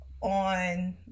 on